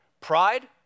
Pride